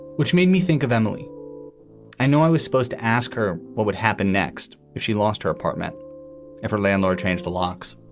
which made me think of emily i know i was supposed to ask her what would happen next if she lost her apartment and her landlord changed the locks,